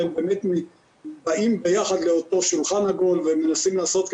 והם באמת באים ביחד לאותו שולחן עגול ומנסים לעזור,